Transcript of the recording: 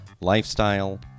lifestyle